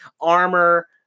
armor